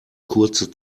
kurze